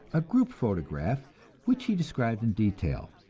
a group photograph which he described in detail.